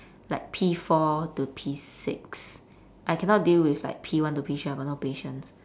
like P four to P six I cannot deal with like P one to P three I got no patience